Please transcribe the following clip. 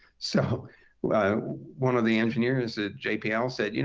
so one of the engineers at jpl said, you know